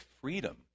freedom